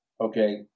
okay